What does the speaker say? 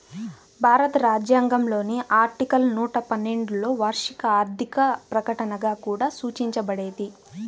భారత రాజ్యాంగంలోని ఆర్టికల్ నూట పన్నెండులోవార్షిక ఆర్థిక ప్రకటనగా కూడా సూచించబడేది